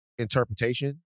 interpretation